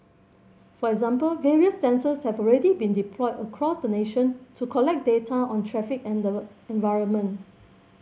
for example various sensors have already been deployed across the nation to collect data on traffic and the environment